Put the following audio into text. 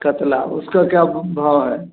कतला उसका क्या भाव है